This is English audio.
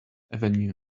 avenue